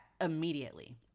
immediately